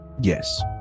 Yes